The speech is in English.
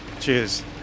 Cheers